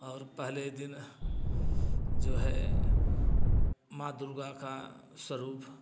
और पहले दिन जो है माँ दुर्गा का स्वरूप